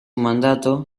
mandato